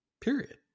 Period